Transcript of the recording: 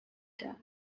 death